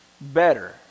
better